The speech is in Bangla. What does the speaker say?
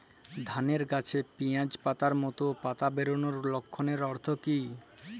ধানের গাছে পিয়াজ পাতার মতো পাতা বেরোনোর লক্ষণের অর্থ কী?